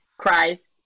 cries